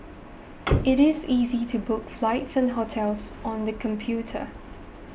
it is easy to book flights and hotels on the computer